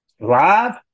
live